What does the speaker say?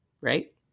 right